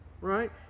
right